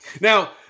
now